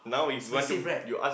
expensive right